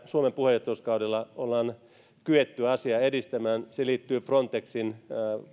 suomen puheenjohtajuuskaudella ollaan kyetty edistämään liittyvät frontexin